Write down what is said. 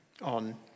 on